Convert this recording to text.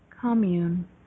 commune